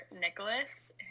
Nicholas